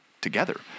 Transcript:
together